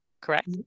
correct